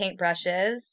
Paintbrushes